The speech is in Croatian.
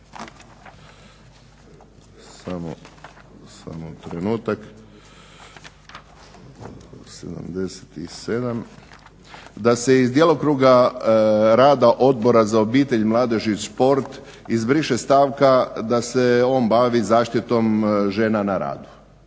da se iz djelokruga rada Odbora za obitelj, mladež i šport izbriše stavka da se on bavi zaštita žena na radu.